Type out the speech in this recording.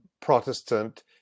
Protestant